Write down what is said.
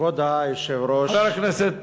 כבוד היושב-ראש, חבר הכנסת